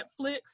Netflix